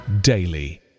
daily